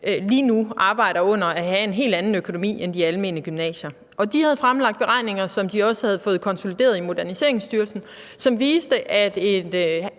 lige nu arbejder under at have en helt anden økonomi end de almene gymnasier. De havde fremlagt beregninger, som de også havde fået konsolideret i Moderniseringsstyrelsen, som viste, at